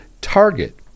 target